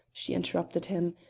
she interrupted him,